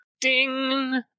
Ding